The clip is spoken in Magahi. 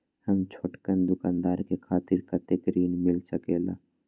हम छोटकन दुकानदार के खातीर कतेक ऋण मिल सकेला?